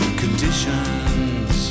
conditions